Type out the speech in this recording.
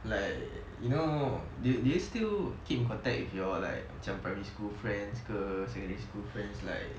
like you know do do you still keep in contact with your like macam primary school friends ke secondary school friends like